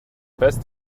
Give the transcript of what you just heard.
best